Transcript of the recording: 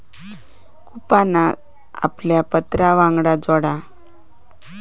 कूपनका आपल्या पत्रावांगडान जोडा